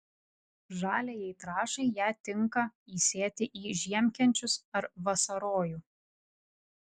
žaliajai trąšai ją tinka įsėti į žiemkenčius ar vasarojų